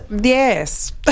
Yes